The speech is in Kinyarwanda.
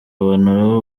abona